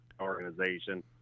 organization